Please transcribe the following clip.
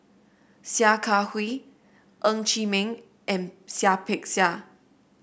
Sia Kah Hui Ng Chee Meng and Seah Peck Seah